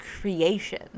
creation